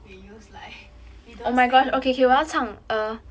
we use like we don't sing in